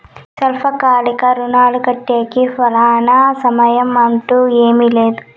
స్వల్పకాలిక రుణాలు కట్టేకి ఫలానా సమయం అంటూ ఏమీ లేదు